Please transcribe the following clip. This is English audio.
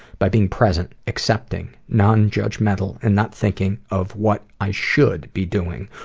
by being present, accepting, non-judgmental, and not thinking of what i should be doing,